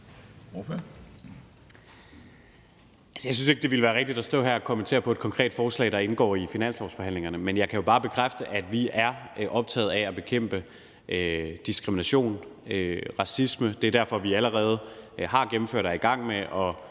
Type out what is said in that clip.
Jeg synes ikke, det ville være rigtigt at stå her og kommentere på et konkret forslag, der indgår i finanslovsforhandlingerne. Men jeg kan bare bekræfte, at vi er optaget af at bekæmpe diskrimination, racisme, og det er derfor, vi allerede har gennemført og er i gang med at